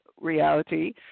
reality